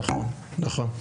נכון, נכון.